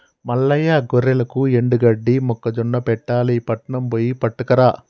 మల్లయ్య గొర్రెలకు ఎండుగడ్డి మొక్కజొన్న పెట్టాలి పట్నం బొయ్యి పట్టుకురా